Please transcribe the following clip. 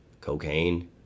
cocaine